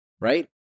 right